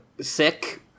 sick